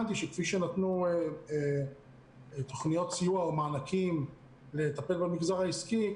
כפי שנתנו תוכניות סיוע או מענקים לטפל במגזר העסקי,